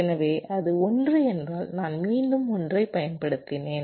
எனவே அது 1 என்றால் நான் மீண்டும் 1 ஐப் பயன்படுத்தினேன்